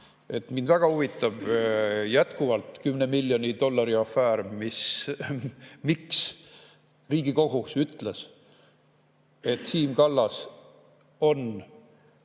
väga huvitab jätkuvalt 10 miljoni dollari afäär. Miks Riigikohus ütles, et Siim Kallas on